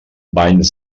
banys